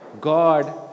God